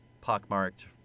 pockmarked